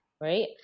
right